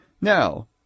Now